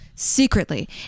secretly